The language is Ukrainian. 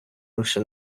лише